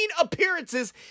appearances